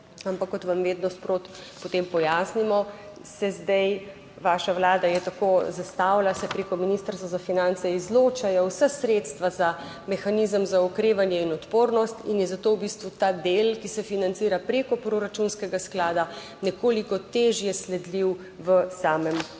ampak kot vam vedno sproti potem pojasnimo, se zdaj, vaša vlada je tako zastavila, se preko Ministrstva za finance izločajo vsa sredstva za mehanizem za okrevanje in odpornost in je zato v bistvu ta del, ki se financira preko proračunskega sklada, nekoliko težje sledljiv v samem